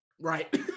Right